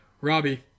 Robbie